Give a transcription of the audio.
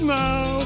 now